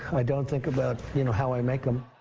i don't think about you know how i make them.